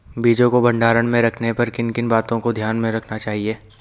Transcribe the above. बीजों को भंडारण में रखने पर किन किन बातों को ध्यान में रखना चाहिए?